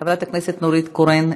חברת הכנסת נורית קורן,